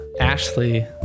Ashley